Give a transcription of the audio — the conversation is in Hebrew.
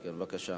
בבקשה.